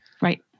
Right